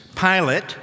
Pilate